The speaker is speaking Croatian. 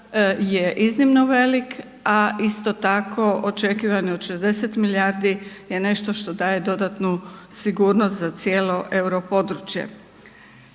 je iznimno velik, a isto tako, očekivani od 60 milijardi je nešto što daje dodatnu sigurnost za cijelo euro područje.